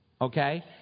okay